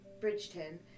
Bridgeton